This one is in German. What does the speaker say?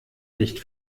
nicht